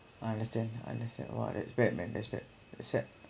I understand I understand !wah! that's bad that's bad that's sad